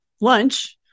lunch